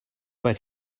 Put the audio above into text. but